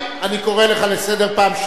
אני קורא לך לסדר פעם שנייה.